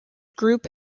group